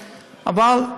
אבל,